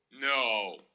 No